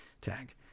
Tag